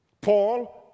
Paul